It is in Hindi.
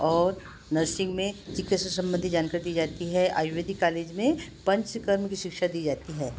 और नर्सिंग में शिक्षा से संबंधित जानकारी दी जाती है आयुर्वेदिक कॉलेज में पंच कर्म की शिक्षा दी जाती है